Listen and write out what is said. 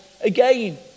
again